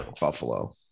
buffalo